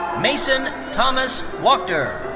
mason thomas wachter.